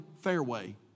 fairway